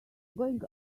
going